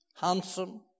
Handsome